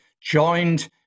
joined